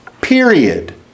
period